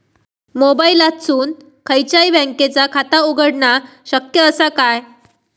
मोबाईलातसून खयच्याई बँकेचा खाता उघडणा शक्य असा काय?